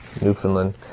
Newfoundland